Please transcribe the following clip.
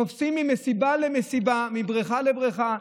קופצים ממסיבה למסיבה, מבריכה לבריכה.